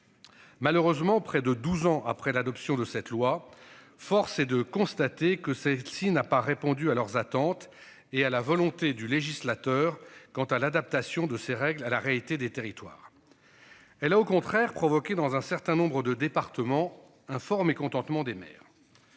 Malheureusement, près de 12 ans après l'adoption de cette loi, force est de constater que celle-ci n'a pas répondu à leurs attentes et à la volonté du législateur quant à l'adaptation de ces règles à la réalité des territoires. Elle a au contraire provoqué dans un certain nombre de départements un fort mécontentement des maires.